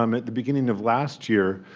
um at the beginning of last year,